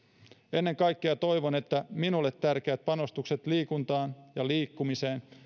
ennen kaikkea toivon että minulle tärkeät panostukset liikuntaan ja liikkumiseen